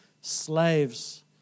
slaves